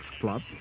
Club